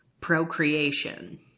procreation